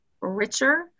richer